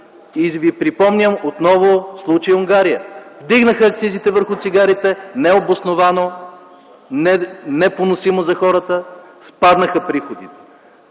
Припомням ви отново случая с Унгария – вдигнаха акцизите върху цигарите необосновано, непоносимо за хората – спаднаха приходите.